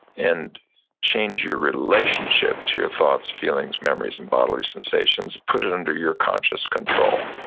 and change your relationship to your thoughts, feelings, memories, and bodily sensations. put it under your conscious control.